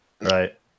right